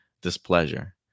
displeasure